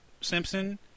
Simpson